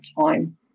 time